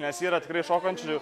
nes yra tikrai šokančių